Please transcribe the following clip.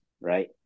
right